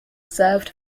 served